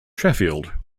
sheffield